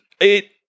it-